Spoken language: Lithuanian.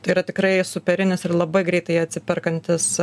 tai yra tikrai superinis ir labai greitai atsiperkantis